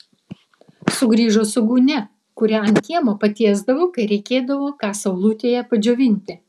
sugrįžo su gūnia kurią ant kiemo patiesdavo kai reikėdavo ką saulutėje padžiovinti